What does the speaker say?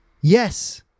yes